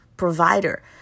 Provider